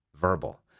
verbal